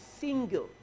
single